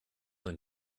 than